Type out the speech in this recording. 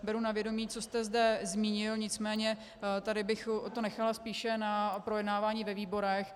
Beru na vědomí, co jste zde zmínil, nicméně tady bych to nechala spíše na projednávání ve výborech.